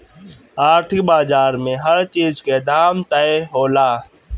आर्थिक बाजार में हर चीज के दाम तय होला